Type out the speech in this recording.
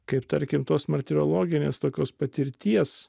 kaip tarkim tos martirologinės tokios patirties